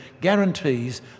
guarantees